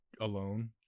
alone